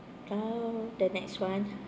now the next one